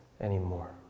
anymore